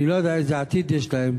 אני לא יודע איזה עתיד יש להם,